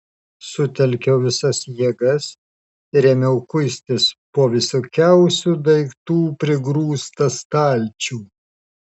sutelkiau visas jėgas ir ėmiau kuistis po visokiausių daiktų prigrūstą stalčių